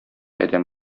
әдәм